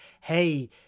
hey